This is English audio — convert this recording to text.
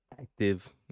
Active